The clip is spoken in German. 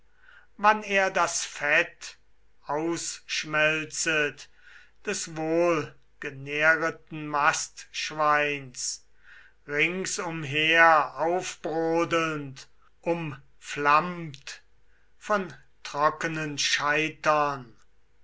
wann er das fett ausschmelzet des wohlgenähreten mastschweins ringsumher aufbrodelnd umflammt von trockenen scheitern